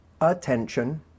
Attention